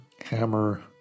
hammer